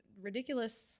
ridiculous